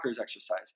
exercise